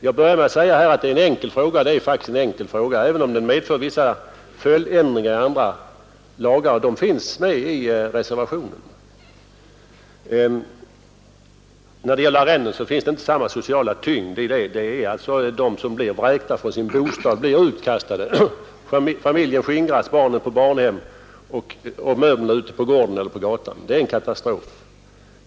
Jag började med att säga att detta är en enkel fråga, och den är faktiskt enkel, även om det erfordras vissa följdändringar, men dessa finns med i reservationen. När det gäller arrende finns det inte samma sociala tyngd. De som blir vräkta från sin bostad blir utkastade. Familjen skingras, barnen kommer på barnhem och möblerna får stå på gården eller på gatan. Det är en katastrof.